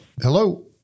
Hello